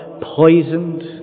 poisoned